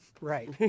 Right